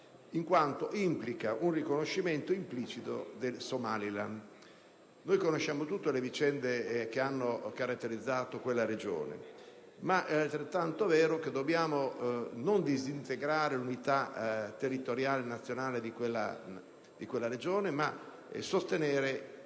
in quanto implica un riconoscimento implicito del Somaliland. Tutti conosciamo le vicende che hanno caratterizzato quella regione, però è altrettanto vero che dobbiamo non disintegrare l'unità territoriale e nazionale di quell'area, ma sostenere